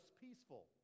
peaceful